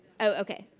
okay.